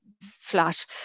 flat